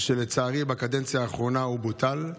לצערי, בקדנציה האחרונה הוא בוטל,